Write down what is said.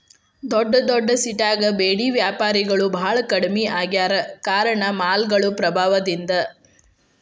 ದೊಡ್ಡದೊಡ್ಡ ಸಿಟ್ಯಾಗ ಬೇಡಿ ವ್ಯಾಪಾರಿಗಳು ಬಾಳ ಕಡ್ಮಿ ಆಗ್ಯಾರ ಕಾರಣ ಮಾಲ್ಗಳು ಪ್ರಭಾವದಿಂದ